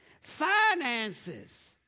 finances